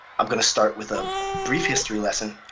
i'm going to start with a brief history lesson,